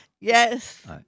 Yes